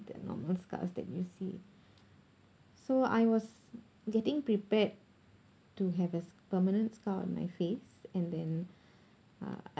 the normal scars that you see so I was getting prepared to have this permanent scar on my face and then uh